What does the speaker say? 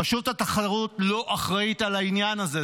רשות התחרות לא אחראית לעניין הזה,